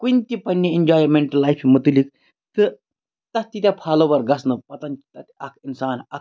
کُنہِ تہِ پنٛنہِ اِنجایمیٚنٛٹ لایفہِ مُتعلِق تہٕ تَتھ تیٖتیاہ فالووَر گژھنہٕ پَتَن چھِ تَتہِ اَکھ اِنسان اَکھ